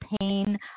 pain